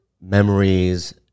memories